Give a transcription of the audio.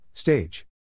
Stage